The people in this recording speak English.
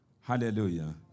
hallelujah